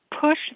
push